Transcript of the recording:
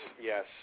yes